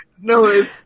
no